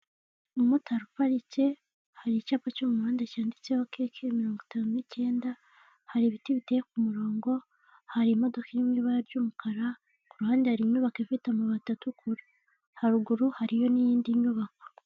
Umumotari uparitse, hari icyapa cyo mu muhanda cyanditseho KK59, hari ibiti biteye ku murongo, hari imodoka iri mu ibara ry'umukara, ku ruhande hari inyubako ifite amabati atukura, haruguru hariyo n'iyindi nyubako.